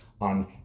on